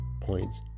points